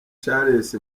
charles